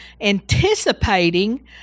anticipating